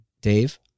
Dave